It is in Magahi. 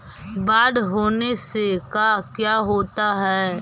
बाढ़ होने से का क्या होता है?